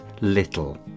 little